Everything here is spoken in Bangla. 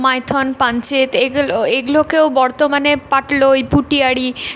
মাইথন পাঞ্চেত এগুলো এইগুলোকেও বর্তমানে পাটলোই পুটিয়ারী